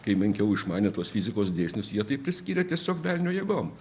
kai menkiau išmanė tuos fizikos dėsnius jie tai priskirė tiesiog velnio jėgom